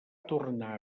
tornar